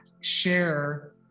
share